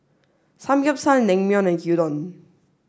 Samgyeopsal Naengmyeon and Gyudon